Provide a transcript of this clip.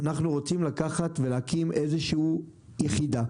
אנחנו רוצים להקים איזושהי יחידה,